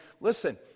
listen